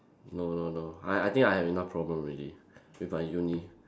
no no no I I think I have enough problem already with my uni